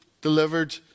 delivered